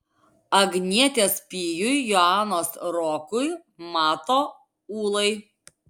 agnietės pijui joanos rokui mato ūlai